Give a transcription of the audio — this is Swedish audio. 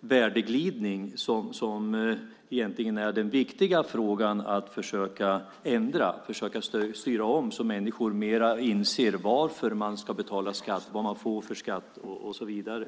värdeglidning som egentligen är den viktiga frågan att försöka ändra. Vi får försöka styra om så att människor bättre inser varför man ska betala skatt, vad man får för skatten och så vidare.